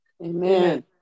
Amen